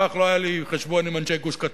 כך לא היה לי חשבון עם אנשי גוש-קטיף,